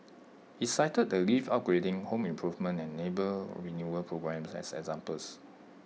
he cited the lift upgrading home improvement and neighbour renewal programmes as examples